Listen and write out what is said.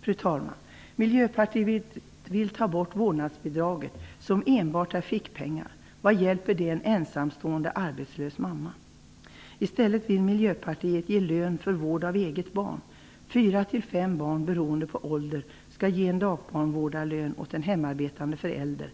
Fru talman! Miljöpartiet vill ta bort vårdnadsbidraget som enbart är fickpengar. Vad hjälper det en ensamstående arbetslös mamma? I stället vill Miljöpartiet ge lön för vård av eget barn. Fyra fem barn, beroende på ålder, skall ge en dagbarnvårdarlön med sociala förmåner åt en hemarbetande förälder.